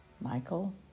Michael